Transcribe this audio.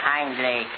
Kindly